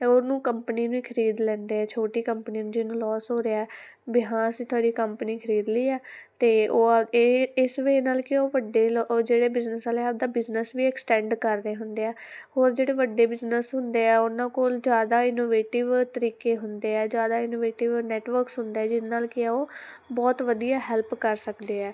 ਉਹਨੂੰ ਕੰਪਨੀ ਨੂੰ ਖਰੀਦ ਲੈਂਦੇ ਛੋਟੀ ਕੰਪਨੀ ਨੂੰ ਜਿਹਨੂੰ ਲੋਸ ਹੋ ਰਿਹਾ ਵੀ ਹਾਂ ਅਸੀਂ ਤੁਹਾਡੀ ਕੰਪਨੀ ਖਰੀਦ ਲਈ ਆ ਅਤੇ ਉਹ ਇਹ ਇਸ ਵੇਅ ਨਾਲ ਕਿ ਉਹ ਵੱਡੇ ਲੋ ਜਿਹੜੇ ਬਿਜ਼ਨਸ ਵਾਲੇ ਆਪਦਾ ਬਿਜ਼ਨਸ ਵੀ ਐਕਸਟੈਂਡ ਕਰਦੇ ਹੁੰਦੇ ਆ ਹੋਰ ਜਿਹੜੇ ਵੱਡੇ ਬਿਜਨਸ ਹੁੰਦੇ ਆ ਉਹਨਾਂ ਕੋਲ ਜ਼ਿਆਦਾ ਇਨੋਵੇਟਿਵ ਤਰੀਕੇ ਹੁੰਦੇ ਆ ਜ਼ਿਆਦਾ ਇਨਵੇਟਿਵ ਨੈਟਵਰਕਸ ਹੁੰਦਾ ਜਿਹਦੇ ਨਾਲ ਕੀ ਆ ਉਹ ਬਹੁਤ ਵਧੀਆ ਹੈਲਪ ਕਰ ਸਕਦੇ ਆ